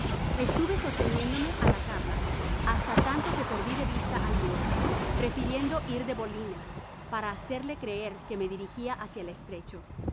estuve sosteniéndome á la capa hasta tanto que perdí de vista al moro prefiriendo ir de bolina para harcerle creer que me dirigia hácia el estrecho en